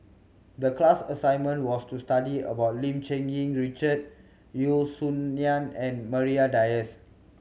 the class assignment was to study about Lim Cherng Yih Richard Yeo Song Nian and Maria Dyers